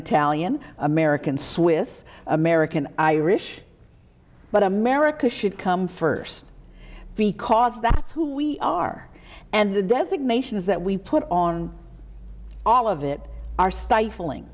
italian american swiss american irish but america should come first because that's who we are and the designations that we put on all of it are stifling